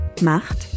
macht